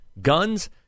guns